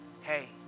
hey